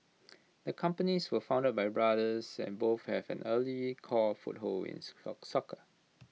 the companies were founded by brothers and both had an early core foothold in soccer